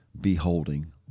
beholding